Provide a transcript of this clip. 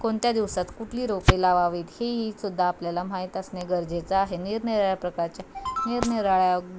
कोणत्या दिवसात कुठली रोपे लावावीत हे ही सुद्धा आपल्याला माहीत असणे गरजेचं आहे निरनिराळ्या प्रकारच्या निरनिराळ्या